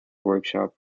workshop